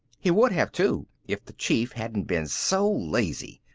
he would have too if the chief hadn't been so lazy.